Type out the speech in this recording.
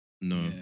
No